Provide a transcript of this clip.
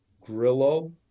grillo